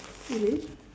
really